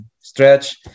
stretch